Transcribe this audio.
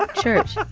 ah church.